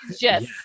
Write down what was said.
yes